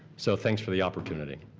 so thanks for the opportunity.